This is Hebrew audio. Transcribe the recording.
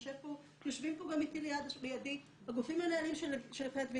יושבים לידי הגופים המנהלים של מכללת וינגייט.